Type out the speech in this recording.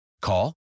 Call